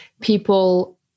people